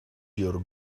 your